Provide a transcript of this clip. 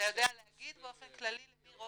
אבל 211 הפניות האלה לאיזה משרדים הן שייכות.